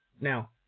Now